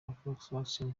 volkswagen